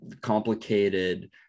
complicated